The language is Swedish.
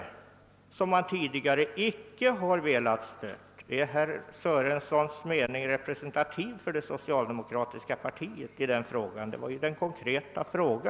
Detta krav har man tidigare icke velat stödja. är herr Sörensons mening representativ för det socialdemokratiska partiet i denna fråga?